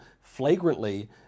flagrantly